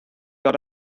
got